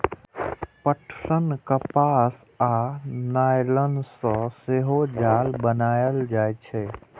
पटसन, कपास आ नायलन सं सेहो जाल बनाएल जाइ छै